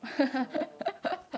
so